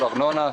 ארנונה,